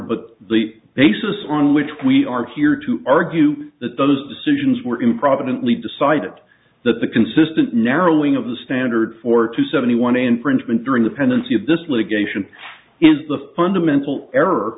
but the basis on which we are here to argue that those decisions were improvidently decided that the consistent narrowing of the standard four to seventy one infringement during the pendency of this litigation is the fundamental error